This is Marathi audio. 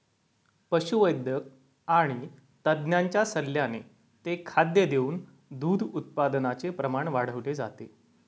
पशुवैद्यक आणि तज्ञांच्या सल्ल्याने ते खाद्य देऊन दूध उत्पादनाचे प्रमाण वाढवले जाते